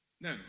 Now